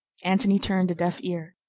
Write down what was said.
antony turned a deaf ear.